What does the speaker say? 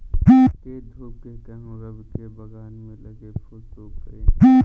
तेज धूप के कारण, रवि के बगान में लगे फूल सुख गए